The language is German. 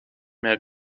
mehr